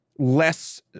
less